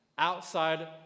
Outside